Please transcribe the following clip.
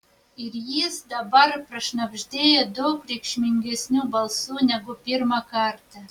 ir jis dabar prašnabždėjo daug reikšmingesniu balsu negu pirmą kartą